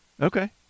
Okay